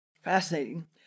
fascinating